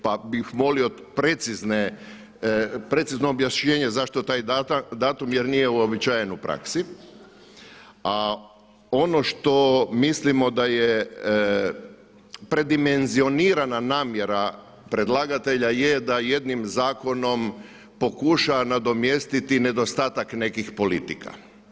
Pa bih molio precizno objašnjenje zašto taj datum jer nije uobičajen u praksi a ono što mislimo da je predimenzionirana namjera predlagatelja je da jednim zakonom pokuša nadomjestiti nedostatak nekih politika.